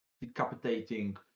decapitating